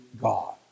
God